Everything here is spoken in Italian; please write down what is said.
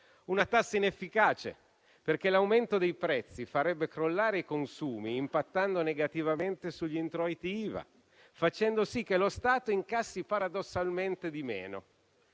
Una tassa inefficace, perché l'aumento dei prezzi farebbe crollare i consumi, impattando negativamente sugli introiti IVA e facendo sì che lo Stato incassi paradossalmente di meno.